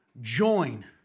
Join